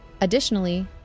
Additionally